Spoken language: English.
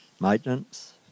Maintenance